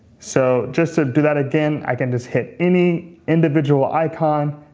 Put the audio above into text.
so just to do that again, i can just hit any individual icon,